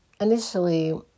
initially